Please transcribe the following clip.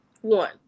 One